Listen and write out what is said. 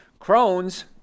Crohn's